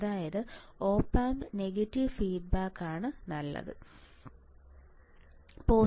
അതായത് op amp negative feedback നല്ലതാണ്